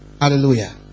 Hallelujah